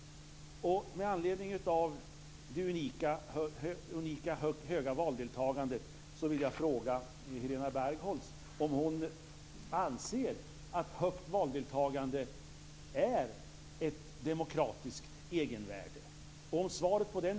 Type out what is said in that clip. Med anledning av det unikt höga valdeltagandet vill jag fråga Helena Bargholtz om hon anser att ett högt valdeltagande har ett demokratiskt egenvärde.